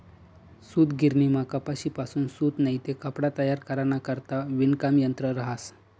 सूतगिरणीमा कपाशीपासून सूत नैते कपडा तयार कराना करता विणकाम यंत्र रहास